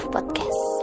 Podcast